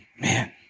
man